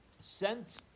sent